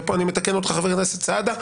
ופה אני מתקן אותך חבר הכנסת סעדה.